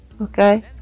okay